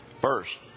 first